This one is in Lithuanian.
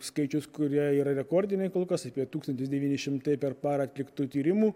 skaičius kurie yra rekordiniai kol kas apie tūkstantis devyni šimtai per parą atliktų tyrimų